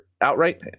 outright